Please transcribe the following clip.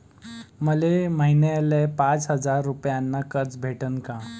मले महिन्याले पाच हजार रुपयानं कर्ज भेटन का?